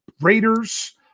Raiders